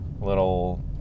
little